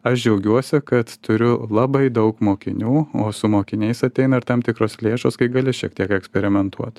aš džiaugiuosi kad turiu labai daug mokinių o su mokiniais ateina ir tam tikros lėšos kai gali šiek tiek eksperimentuot